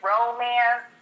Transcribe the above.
romance